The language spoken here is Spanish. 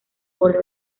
borde